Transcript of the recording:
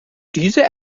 diese